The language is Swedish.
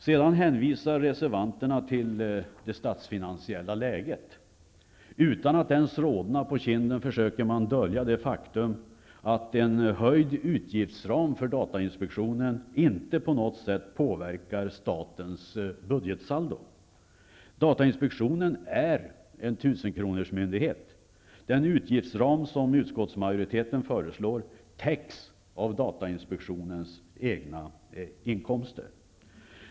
Sedan hänvisar reservanterna till det statsfinansiella läget. Utan att ens rodna på kinderna försöker de dölja det faktum att en höjd utgiftsram för datainspektionen inte på något sätt påverkar statens budgetsaldo. Datainspektionen är en tusenkronorsmyndighet. Den utgiftsram som utskottsmajoriteten föreslår täcks av datainspektionens egna inkomster.